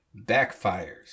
backfires